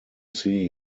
see